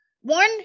One